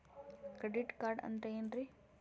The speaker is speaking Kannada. ಕ್ರೆಡಿಟ್ ಕಾರ್ಡ್ ಅಂದ್ರ ಏನ್ರೀ?